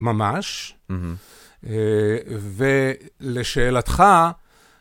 ממש, ולשאלתך,